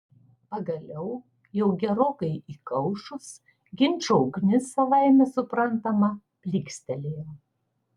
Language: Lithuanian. pagaliau jau gerokai įkaušus ginčo ugnis savaime suprantama plykstelėjo